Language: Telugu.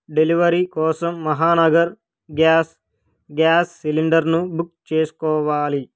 డెలివరీ కోసం మహానగర్ గ్యాస్ గ్యాస్ సిలిండర్ను బుక్ చేసుకోవాలి